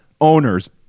owners